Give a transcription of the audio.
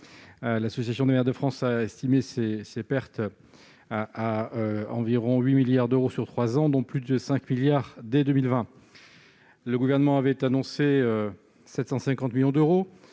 L'Association des maires de France a estimé ces pertes à environ 8 milliards d'euros sur trois ans, dont plus de 5 milliards d'euros dès 2020. Le Gouvernement avait annoncé une aide de 750 millions d'euros.